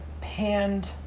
panned